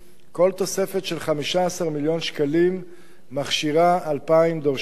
כל תוספת של 15 מיליון שקלים מכשירה 2,000 דורשי עבודה.